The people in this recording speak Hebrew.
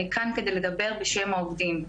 אני כאן כדי לדבר בשם העובדים.